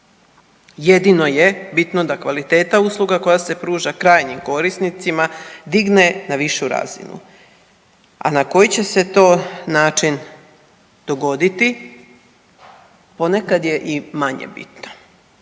Jedino je bitno da kvaliteta usluga koja se pruža krajnjim korisnicama digne na višu razinu, a na koji će se to način dogoditi ponekad je i manje bitno.